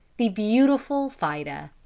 the beautiful fida.